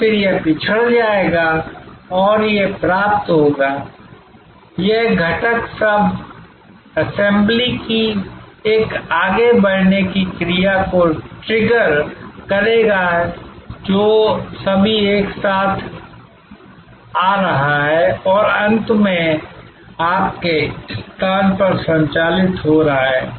और फिर यह पिछड़ जाएगा और यह प्राप्त होगा यह घटक सब असेंबली की एक आगे बढ़ने की क्रिया को ट्रिगर करेगा जो सभी एक साथ आ रहा है और अंत में आपके स्थान पर संचालित हो रहा है